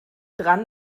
dran